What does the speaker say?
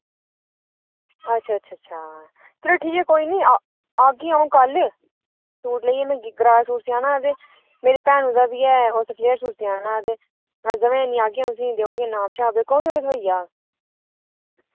अच्छा अच्छा अच्छा चलो ठीक ऐ कोई निं आगी आ'ऊं कल्ल सूट लेइयै में गरारा सूट सेआना ते मेरी भैनु दा बी ऐ उस फ्लेयर सूट सेआना ते में आगी दे उड़गी नाप शाप ते कदूं धोड़ी थ्होई जाग